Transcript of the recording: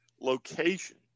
location